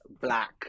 black